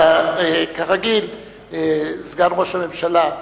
וכרגיל סגן ראש הממשלה,